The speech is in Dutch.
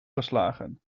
geslagen